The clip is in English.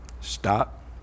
Stop